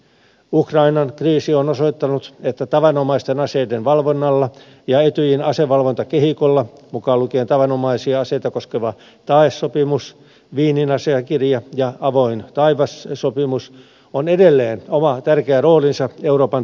ukrainan kriisi on osoittanut että tavanomaisten aseiden valvonnalla ja etyjin asevalvontakehikolla mukaan lukien tavanomaisia aseita koskeva tae sopimus wienin asiakirja ja avoimet taivaat sopimus on edelleen oma tärkeä roolinsa euroopan turvallisuudelle ja vakaudelle